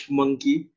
monkey